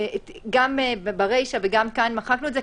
גם ברישה וגם כאן מחקנו את זה,